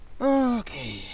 Okay